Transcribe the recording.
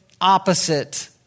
opposite